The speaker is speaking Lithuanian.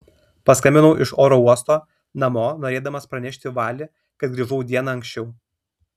paskambinau iš oro uosto namo norėdamas pranešti vali kad grįžau diena anksčiau